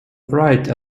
write